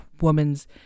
Woman's